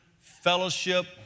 fellowship